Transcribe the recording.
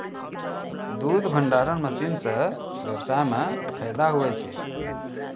दुध भंडारण मशीन से व्यबसाय मे फैदा हुवै छै